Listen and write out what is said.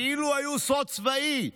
כאילו היו סוד צבאי.